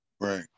Right